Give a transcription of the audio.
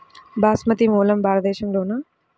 బాస్మతి మూలం భారతదేశంలోనా?